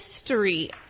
history